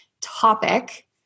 topic